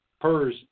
PERS